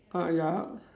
ah ya